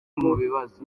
mubibazo